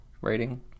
rating